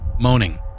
moaning